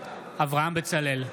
אברהם בצלאל,